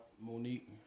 Monique